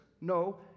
no